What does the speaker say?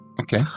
okay